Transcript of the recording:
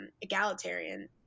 egalitarian